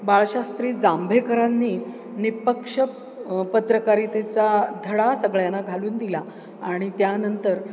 बाळशास्त्री जांभेकरांनी निष्पक्ष पत्रकारितेचा धडा सगळ्यांना घालून दिला आणि त्यानंतर